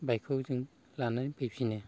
बाइकखौ जों लानानै फैफिनो